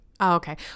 Okay